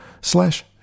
slash